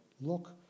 Look